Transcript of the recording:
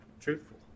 truthful